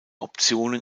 optionen